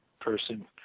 person